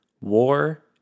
war